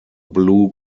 blue